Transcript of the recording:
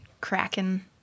cracking